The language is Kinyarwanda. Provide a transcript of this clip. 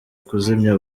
kuzimya